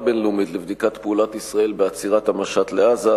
בין-לאומית לבדיקת פעולת ישראל בעצירת המשט לעזה,